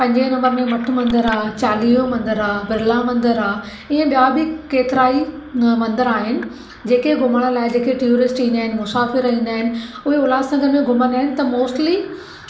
पंजे नंबर में मठ मंदरु आहे चालीयो मंदरु आहे बिरला मंदरु आहे इअं ॿिया बि केतिरा ई मंदर आहिनि जेके घुमण लाइ जेके ट्यूरिस्ट ईंदा आहिनि मुसाफिर ईंदा आहिनि उहे उल्हासनगर में घुमंदा आहिनि त मोस्टली